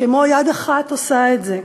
כמו "יד אחת עושה את זה",